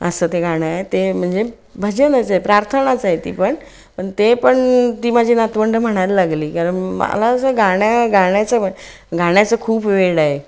असं ते गाणं आहे ते म्हणजे भजनच आहे प्रार्थनाचं आहे ती पण पण ते पण ती माझी नातवंडं म्हणायला लागली कारण मला असं गाण्या गाण्याचं म्हण गाण्याचं खूप वेड आहे